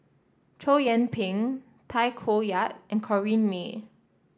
Chow Yian Ping Tay Koh Yat and Corrinne May